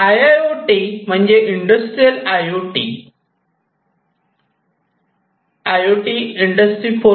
I I O T म्हणजेच industrial I O T industry 4